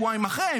שבועיים אחרי,